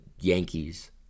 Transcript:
Yankees